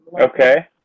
Okay